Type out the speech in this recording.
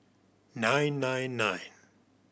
nine nine nine